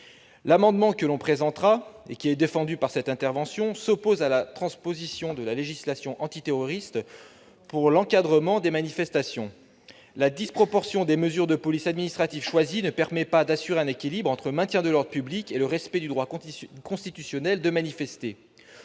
L'amendement que nous présentons à cet article 2, défendu par cette intervention, vise à s'opposer à la transposition de la législation antiterroriste pour l'encadrement des manifestations. La disproportion des mesures de police administrative choisies ne permet pas d'assurer un équilibre entre maintien de l'ordre public et respect du droit constitutionnel de manifester.